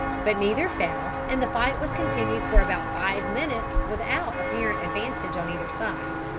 but neither fell, and the fight was continued for about five minutes without apparent advantage on either side.